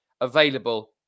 available